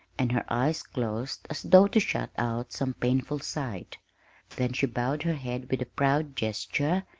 and her eyes closed as though to shut out some painful sight then she bowed her head with proud gesture,